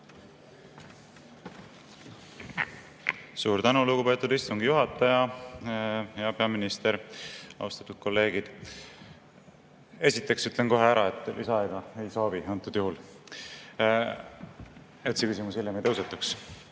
Suur tänu, lugupeetud istungi juhataja! Hea peaminister! Austatud kolleegid! Esiteks ütlen kohe ära, et ma lisaaega ei soovi antud juhul, et see küsimus hiljem ei tõusetuks.